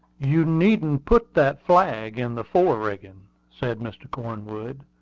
you needn't put that flag in the fore-rigging, said mr. cornwood,